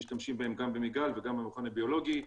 משתמשים בהם גם במיגל וגם במכון הביולוגי,